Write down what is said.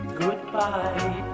goodbye